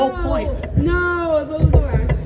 No